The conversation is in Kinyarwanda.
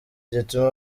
gituma